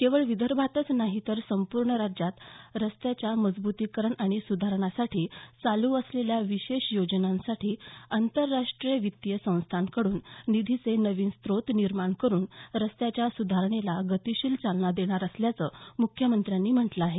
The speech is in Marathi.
केवळ विदर्भातच नाही तर संपूर्ण राज्यात रस्त्यांच्या मजब्तीकरण आणि सुधारणांसाठी चालू असलेल्या विशेष योजनेसाठी आंतरराष्ट्रीय वित्तीय संस्थांकडून निधीचे नवीन स्त्रोत निर्माण करून रस्त्यांच्या सुधारणेला गतीशील चालना दिली जाणार असल्याचं मुख्यमंत्र्यांनी म्हटलं आहे